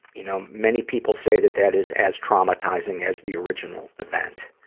you know, many people say that that is as traumatizing as the original event.